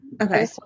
Okay